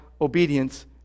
Obedience